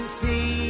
see